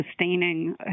sustaining